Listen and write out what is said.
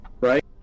Right